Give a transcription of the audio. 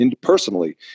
personally